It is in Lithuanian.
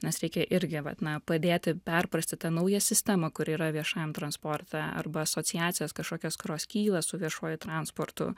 nes reikia irgi vat na padėti perprasti tą naują sistemą kuri yra viešajam transporte arba asociacijos kažkokios kurios kyla su viešuoju transportu